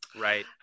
right